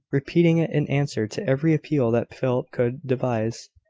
repeating it in answer to every appeal that philip could devise.